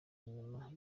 inyuma